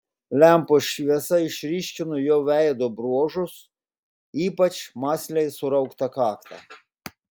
lempos šviesa išryškino jo veido bruožus ypač mąsliai surauktą kaktą